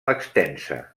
extensa